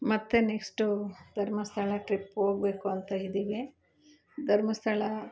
ಮತ್ತು next Dharmasthala trip ಹೋಗ್ಬೇಕು ಅಂತ ಇದೀವಿ ಧರ್ಮಸ್ಥಳ